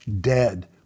dead